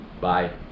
Bye